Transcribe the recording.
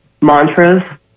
mantras